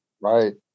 right